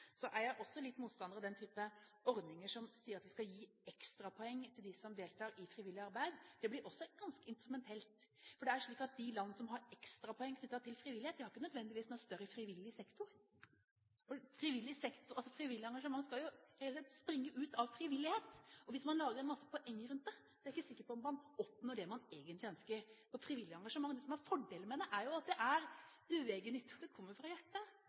Så er jeg også litt motstander av den type ordninger som sier at vi skal gi ekstrapoeng til dem som deltar i frivillig arbeid. Det blir også ganske instrumentelt. De land som har ekstrapoeng knyttet til frivillighet, har ikke nødvendigvis noen større frivillig sektor. Frivillig engasjement skal jo springe ut av frivillighet, og hvis man lager masse poenger rundt det, er jeg ikke sikker på at man oppnår det man egentlig ønsker. Det som er fordelen med frivillig engasjement, er at det er uegennyttig, for det kommer fra hjertet,